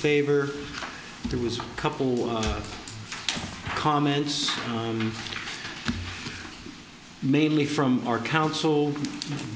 favor there was a couple of comments mainly from our council